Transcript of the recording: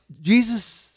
Jesus